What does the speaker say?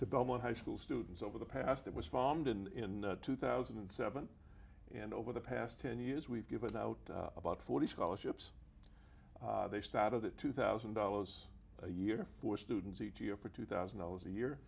e belmont high school students over the past it was founded in two thousand and seven and over the past ten years we've given out about forty scholarships they started at two thousand dollars a year for students each year for two thousand dollars a